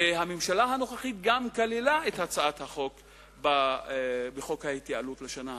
הממשלה הנוכחית גם כללה את הצעת החוק בחוק ההתייעלות לשנה הזו,